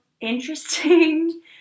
interesting